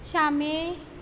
शामेळ